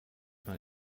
man